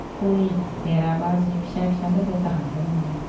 फुल एराब्ला जि फिसा फिसाफोरखो गाहामखोनो मोना